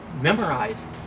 memorize